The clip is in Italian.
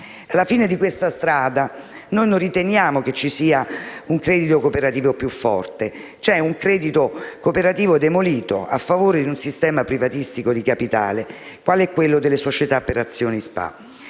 Alla fine di questa strada non riteniamo ci sia un credito cooperativo più forte; c'è un credito cooperativo demolito a favore di un sistema privatistico di capitale qual è quello delle società per azioni.